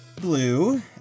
blue